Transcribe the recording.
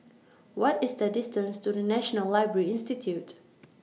What IS The distance to The National Library Institute